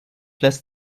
lässt